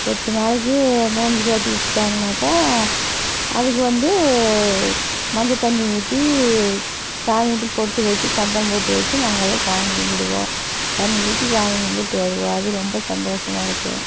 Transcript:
எட்டு நாளைக்கு நோன்பு சாற்றி வெச்சுட்டாங்கனாக்கா அதுக்கு வந்து மஞ்சள் தண்ணி ஊற்றி சாமி கும்பிட்டு பொட்டு வச்சு சந்தனம் பொட்டு வச்சு நாங்கெளெல்லாம் சாமி கும்பிடுவோம் தண்ணி ஊற்றி சாமி கும்பிட்டு வருவோம் அது ரொம்ப சந்தோஷமா இருக்கும்